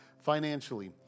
financially